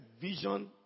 vision